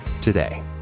today